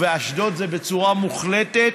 ובאשדוד זה בצורה מוחלטת,